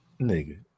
nigga